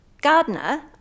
Gardner